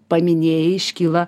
paminėjai iškyla